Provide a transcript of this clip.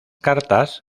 cartas